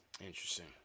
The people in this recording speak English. Interesting